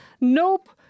Nope